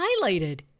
highlighted